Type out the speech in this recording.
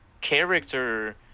character